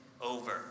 over